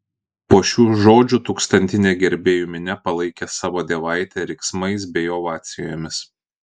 po šių žodžių tūkstantinė gerbėjų minia palaikė savo dievaitę riksmais bei ovacijomis